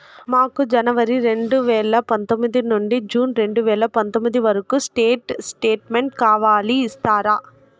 మాకు జనవరి రెండు వేల పందొమ్మిది నుండి జూన్ రెండు వేల పందొమ్మిది వరకు స్టేట్ స్టేట్మెంట్ కావాలి ఇస్తారా